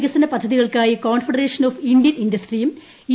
സുസ്ഥിര വികസന പ്പ്ധതികൾക്കായി കോൺഫെഡറേഷൻ ഓഫ് ഇന്ത്യൻ ഇൻഡസ്ട്രിയും യു